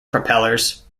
propellers